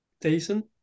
Decent